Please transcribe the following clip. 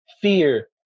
fear